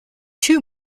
two